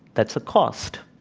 that's a cost.